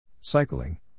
Cycling